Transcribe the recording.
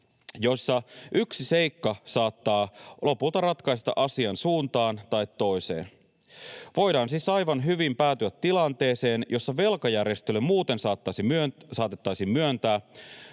joissa yksi seikka saattaa lopulta ratkaista asian suuntaan tai toiseen. Voidaan siis aivan hyvin päätyä tilanteeseen, jossa velkajärjestely muuten saatettaisiin myöntää,